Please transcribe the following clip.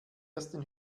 ersten